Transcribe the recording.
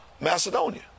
Macedonia